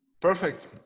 Perfect